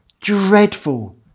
Dreadful